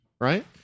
Right